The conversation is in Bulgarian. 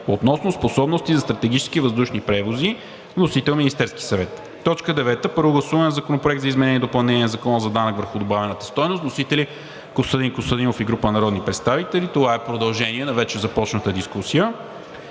относно способности за стратегически въздушни превози. Вносител – Министерският съвет. 9. Първо гласуване на Законопроекта за изменение и допълнение на Закона за данък върху добавената стойност. Вносител – Костадин Костадинов и група народни представители. Това е продължение на вече започната дискусия.